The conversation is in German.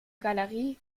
galerie